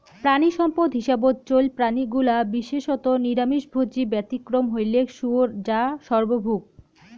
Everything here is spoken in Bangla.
প্রাণীসম্পদ হিসাবত চইল প্রাণীগুলা বিশেষত নিরামিষভোজী, ব্যতিক্রম হইলেক শুয়োর যা সর্বভূক